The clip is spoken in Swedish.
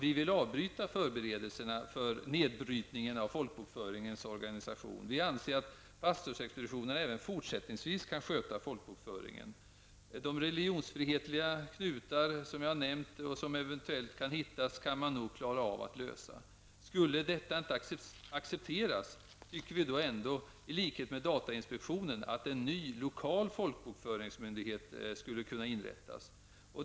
Vi vill avbryta förberedelserna för nedbrytningen av folkbokföringens organisation. Vi anser att pastorsexpeditionerna även fortsättningsvis kan sköta folkbokföringen. De religionsfrihetliga knutar som jag nämnde och som eventuellt kan hittas kan man nog klara av att lösa. Skulle detta inte accepteras, tycker vi ändå i likhet med datainspektionen att en ny lokal folkbokföringsmyndighet borde inrättas.